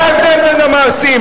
מה ההבדל בין המעשים?